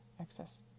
excess